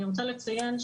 אני רוצה לציין,